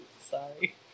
Sorry